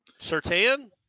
Sertan